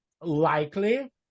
likely